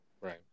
Right